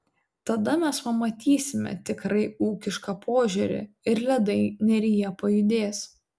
tada mes pamatysime tikrai ūkišką požiūrį ir ledai neryje pajudės